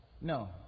No